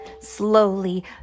Slowly